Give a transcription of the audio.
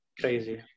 crazy